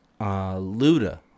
Luda